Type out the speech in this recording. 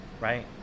right